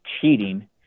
cheating